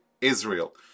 Israel